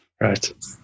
Right